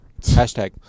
Hashtag